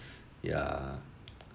ya